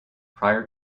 prior